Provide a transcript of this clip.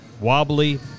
Wobbly